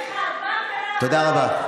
תודה רבה.